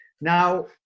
Now